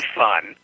fun